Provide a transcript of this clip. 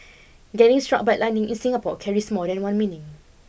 getting struck by lightning in Singapore carries more than one meaning